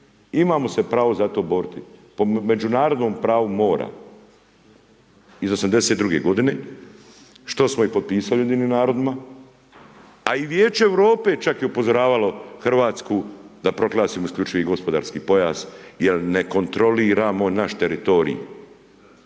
Imamo se pravo za to boriti po međunarodnom pravu mora iz 82. godine, što smo i potpisali u Ujedinjenim narodima, a i Vijeće Europe čak je upozoravalo Hrvatsku da proglasimo isključivi gospodarski pojas, jer ne kontroliramo naš teritorij.